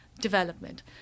development